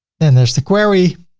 then there's the query,